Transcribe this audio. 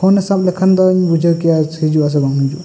phone ᱥᱟᱵ ᱞᱮᱠᱷᱟᱱ ᱫᱟ ᱤᱧ ᱵᱩᱡᱷᱹᱣ ᱠᱮᱭᱟ ᱦᱤᱡᱩᱜᱼᱟᱭ ᱥᱮ ᱵᱟᱝ ᱦᱤᱡᱩᱜᱼᱟ